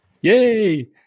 Yay